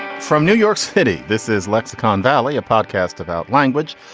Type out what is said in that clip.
from new york city. this is lexicon valley a podcast about language.